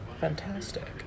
Fantastic